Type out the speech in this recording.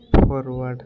forward